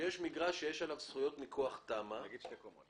יש מגרש שיש עליו זכויות מכוח תמ"א של שתי קומות.